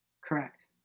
Correct